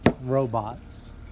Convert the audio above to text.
robots